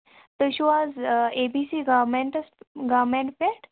تُہۍ چھِو حظ اے بی سی گورمٮ۪نٹَس گورمٮ۪نٹ پٮ۪ٹھ